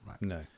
No